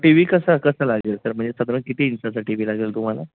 T V कसा कसा लागेल सर म्हणजे सधारण किती इंचाचा टी व्ही लागेल तुम्हाला